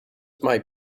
might